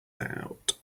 out